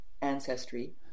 ancestry